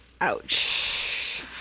Ouch